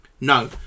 No